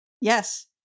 Yes